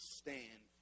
stand